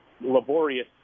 laborious